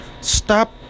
Stop